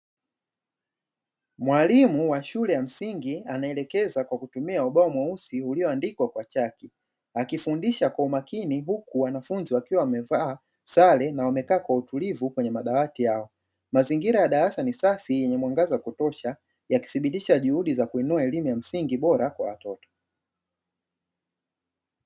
Mwalimu wa shule ya msingi anaelekeza kwa kutumia ubao mweusi ulioandikwa kwa chaki, akifundisha kwa umakini, huku wanafunzi wakiwa wamevaa sare na wamekaa kwa utulivu kwenye madawati yao. Mazingira ya darasa ni safi na mwangaza wa kutosha, yakithibitisha juhudi za kuinua elimu ya msingi bora kwa watoto.